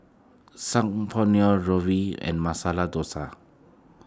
Saag Paneer and Masala Dosa